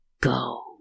Go